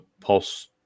pulse